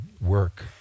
work